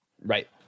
Right